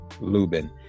Lubin